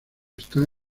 está